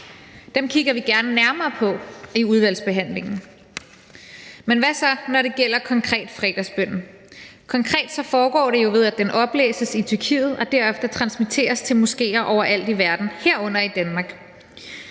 Dem kigger vi gerne nærmere på i udvalgsbehandlingen. Men hvad så, når det konkret gælder fredagsbønnen? Konkret foregår det jo ved, at den oplæses i Tyrkiet og derefter transmitteres til moskéer overalt i verden, herunder i Danmark.